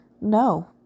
No